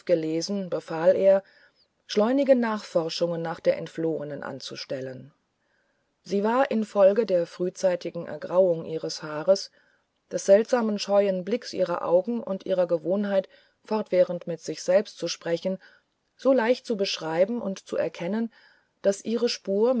gelesen befahl er schleunige nachforschungen nach der entflohenen anzustellen sie war in folge der frühzeitigen ergrauung ihres haares des seltsamen scheuen blicks ihrer augen und ihrer gewohnheit fortwährend mit sich selbst zu sprechen so leicht zu beschreiben und zu erkennen daßihrespurmitsicherheitbistruroverfolgtward in